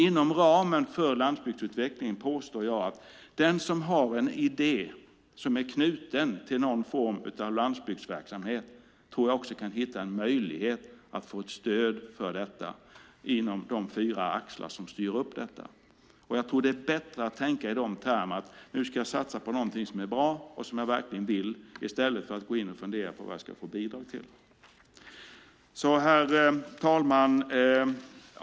I fråga om landsbygdsutvecklingen påstår jag att den som har en idé som är knuten till någon form av landsbygdsverksamhet torde hitta en möjlighet att få ett stöd för detta inom de fyra axlar som styr upp detta. Jag tror att det är bättre att tänka i termer av: Nu ska jag satsa på någonting som är bra och som jag verkligen vill i stället för att fundera på vad jag ska få bidrag till. Herr talman!